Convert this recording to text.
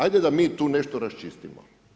Ajde da mi tu nešto raščistimo.